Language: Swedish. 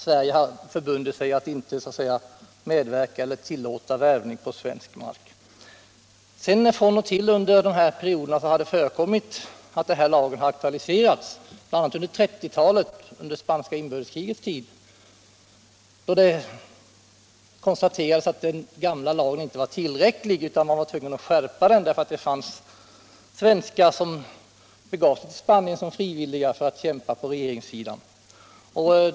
Sverige hade förbundit sig att inte medverka till eller tillåta värvning på svensk mark. Sedan har det då och då hänt att denna lag aktualiserats, bl.a. på 1930-talet, under spanska inbördeskrigets tid. Det konstaterades då att den gamla lagen inte var tillräcklig utan att man var tvungen att skärpa den därför att det fanns svenskar som begav sig till Spanien som frivilliga för att kämpa på regeringssidan.